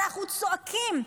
אנחנו צועקים,